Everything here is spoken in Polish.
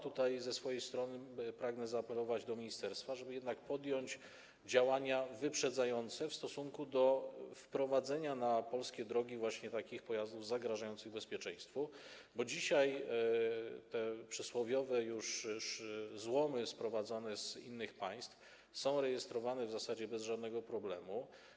Tutaj ze swojej strony pragnę zaapelować do ministerstwa, żeby jednak podjąć działania wyprzedzające w stosunku do wprowadzenia na polskie drogi właśnie takich pojazdów zagrażających bezpieczeństwu, bo dzisiaj te przysłowiowe już złomy sprowadzane z innych państw są rejestrowane w zasadzie bez żadnego problemu.